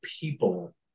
people